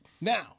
Now